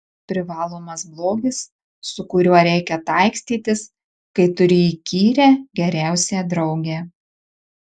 privalomas blogis su kuriuo reikia taikstytis kai turi įkyrią geriausią draugę